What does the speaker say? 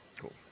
Cool